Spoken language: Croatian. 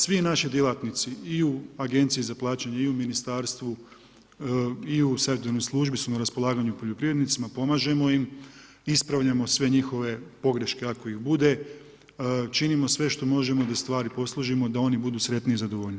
Svi naši djelatnici i u agenciji za plaćanje i u ministarstvu i u ... službi su na raspolaganju poljoprivrednicima, pomažemo im, ispravljamo sve njihove pogreške ako ih bude, činimo sve što možemo da stvari posložimo, da oni budu sretni i zadovoljniji.